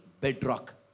bedrock